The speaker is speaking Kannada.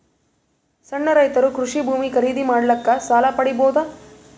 ಸಣ್ಣ ರೈತರು ಕೃಷಿ ಭೂಮಿ ಖರೀದಿ ಮಾಡ್ಲಿಕ್ಕ ಸಾಲ ಪಡಿಬೋದ?